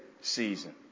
season